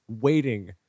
waiting